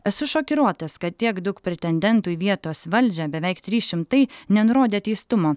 esu šokiruotas kad tiek daug pretendentų į vietos valdžią beveik trys šimtai nenurodė teistumo